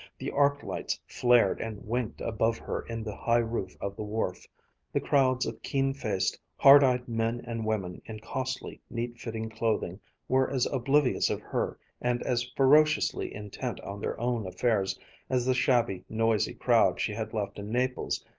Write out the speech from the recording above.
the arc lights flared and winked above her in the high roof of the wharf the crowds of keen-faced, hard-eyed men and women in costly, neat-fitting clothing were as oblivious of her and as ferociously intent on their own affairs as the shabby, noisy crowd she had left in naples,